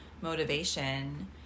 motivation